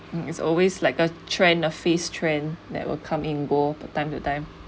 is always like a trend a phase trend that will come and go from time to time